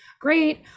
great